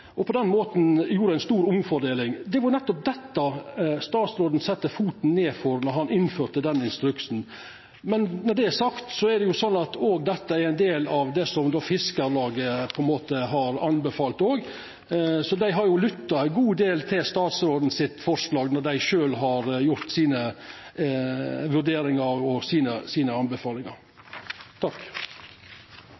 gjorde på den måten ei stor omfordeling. Det var nettopp dette statsråden sette foten ned for då han innførte den instruksen. Men når det er sagt, så er det jo sånn at òg dette er ein del av det som Fiskarlaget har anbefalt, så dei har jo lytta ein god del til statsråden sitt forslag når dei sjølve har gjort sine vurderingar og sine anbefalingar.